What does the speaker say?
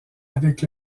avec